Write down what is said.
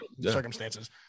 circumstances